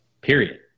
period